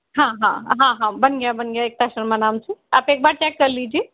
हाँ हाँ हाँ हाँ बन गया बन गया एकता शर्मा नाम से आप एक बार चेक कर लीजिए